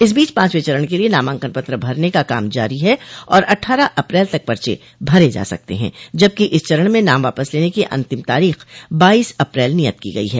इस बीच पांचवें चरण के लिए नामांकन पत्र भरने का काम जारी है और अट्ठारह अप्रैल तक पर्चे भरे जा सकते हैं जबकि इस चरण में नाम वापस लेने की अंतिम तारीख बाईस अप्रैल नियत की गई है